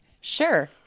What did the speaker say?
Sure